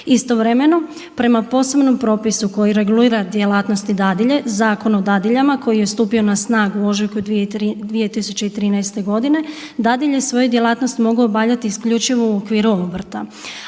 Istovremeno prema posebnom propisu koji regulira djelatnosti dadilje Zakon o dadiljama koji je stupio na snagu u ožujku 2013. godine dadilje svoju djelatnost mogu obavljati isključivo u okviru obrta,